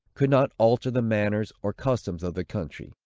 could not alter the manners or customs of the country,